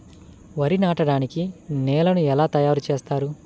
వరి నాటడానికి నేలను ఎలా తయారు చేస్తారు?